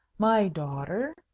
my daughter,